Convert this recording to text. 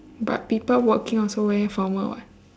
but people working also wear formal what